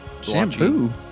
Shampoo